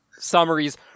Summaries